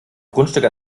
grundstück